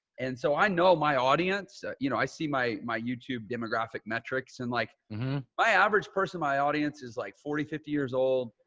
and so i know my audience, you know, i see my, my youtube demographic metrics and like my average person, my audience is like forty, fifty years old.